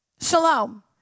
shalom